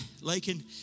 Lakin